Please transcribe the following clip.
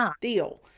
deal